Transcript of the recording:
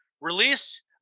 release